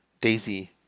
Daisy